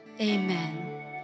Amen